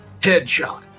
Headshot